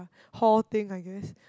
hall thing I guess